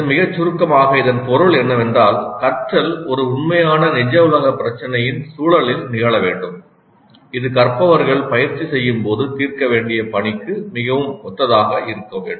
மிகச் சுருக்கமாக இதன் பொருள் என்னவென்றால் கற்றல் ஒரு உண்மையான நிஜ உலகப் பிரச்சினையின் சூழலில் நிகழ வேண்டும் இது கற்பவர்கள் பயிற்சி செய்யும் போது தீர்க்க வேண்டிய பணிக்கு மிகவும் ஒத்ததாக இருக்க வேண்டும்